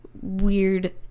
weird